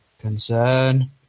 Concern